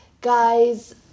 guys